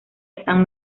están